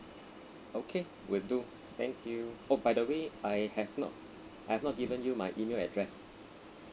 okay will do thank you oh by the way I have not I've not given you my email address